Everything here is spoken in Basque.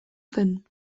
zen